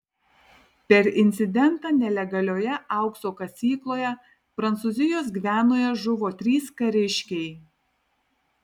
per incidentą nelegalioje aukso kasykloje prancūzijos gvianoje žuvo trys kariškiai